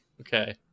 Okay